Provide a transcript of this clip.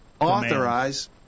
authorize